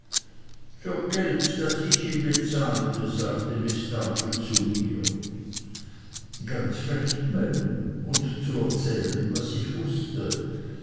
für geld das ich ihm bezahlte sagte miß dartle zu mir ganz recht madam und zu erzählen was ich wußte